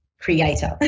creator